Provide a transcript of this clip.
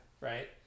right